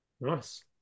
Nice